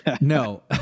no